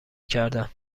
کردن